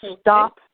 stop